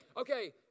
Okay